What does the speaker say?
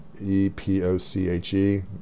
e-p-o-c-h-e